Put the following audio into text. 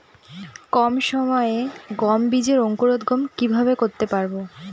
কম সময়ে গম বীজের অঙ্কুরোদগম কিভাবে করতে পারব?